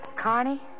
Carney